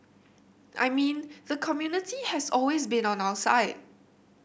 I mean the community has always been on our side